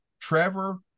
Trevor